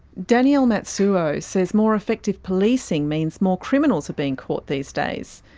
danielle matsuo says more effective policing means more criminals are being caught these days.